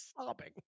sobbing